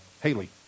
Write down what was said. Haley